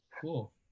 cool